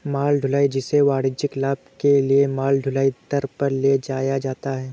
माल ढुलाई, जिसे वाणिज्यिक लाभ के लिए माल ढुलाई दर पर ले जाया जाता है